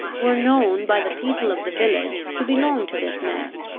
were known by the people of the village to belong to this man.